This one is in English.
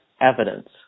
evidence